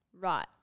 Right